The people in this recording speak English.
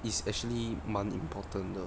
it's actually 蛮 important 的